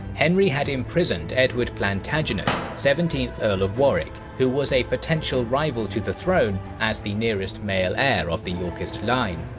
henry had imprisoned edward plantagenet, seventeenth earl of warwick who was a potential rival to the throne as the nearest male heir of the yorkist line.